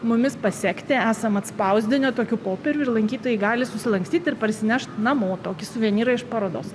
mumis pasekti esam atspausdinę tokių popierių ir lankytojai gali susilankstyt ir parsinešt namo tokį suvenyrą iš parodos